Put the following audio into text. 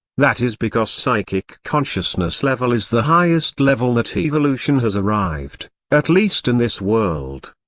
that is because psychic-consciousness level is the highest level that evolution has arrived, at least in this world.